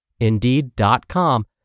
indeed.com